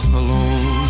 alone